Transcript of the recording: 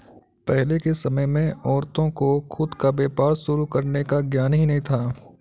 पहले के समय में औरतों को खुद का व्यापार शुरू करने का ज्ञान ही नहीं था